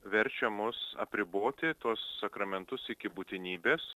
verčia mus apriboti tuos sakramentus iki būtinybės